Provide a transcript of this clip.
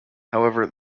however